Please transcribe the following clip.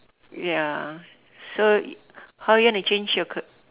ya so how you gonna change your car~